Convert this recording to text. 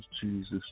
Jesus